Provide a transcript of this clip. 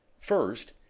First